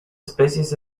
especies